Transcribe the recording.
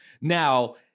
now